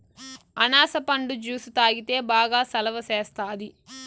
అనాస పండు జ్యుసు తాగితే బాగా సలవ సేస్తాది